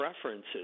preferences